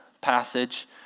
passage